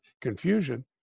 confusion